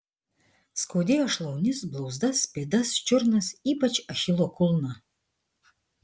skaudėjo šlaunis blauzdas pėdas čiurnas ypač achilo kulną